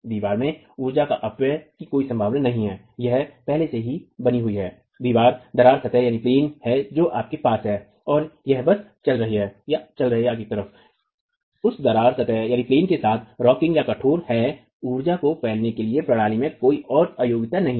दीवार में ऊर्जा के अपव्यय की कोई संभावना नहीं है यह पहले से ही बनी हुई एक दरार सतह है जो आपके पास है और यह बस चल रहा है उस दरार सतह के साथ रॉकिंगकठोर है ऊर्जा को फैलाने के लिए प्रणाली में कोई और अयोग्यता नहीं है